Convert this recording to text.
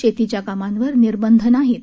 शर्तीच्या कामांवर निर्बंध नाहीत